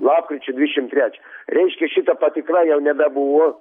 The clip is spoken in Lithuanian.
lapkričio dvišim trečią reiškia šita patikra jau nebebuvo